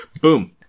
Boom